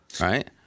right